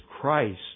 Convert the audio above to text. Christ